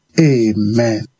Amen